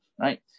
right